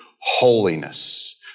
holiness